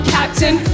Captain